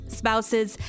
spouses